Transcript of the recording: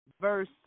verse